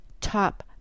top